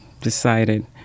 decided